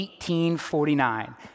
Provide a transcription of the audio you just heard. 1849